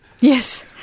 Yes